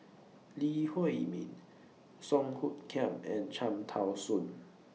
Lee Huei Min Song Hoot Kiam and Cham Tao Soon